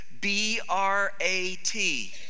B-R-A-T